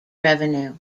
revenue